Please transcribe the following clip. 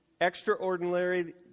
extraordinary